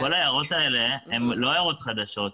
כל ההערות האלה הן לא הערות חדשות.